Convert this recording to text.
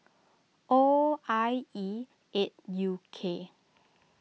O I E eight U K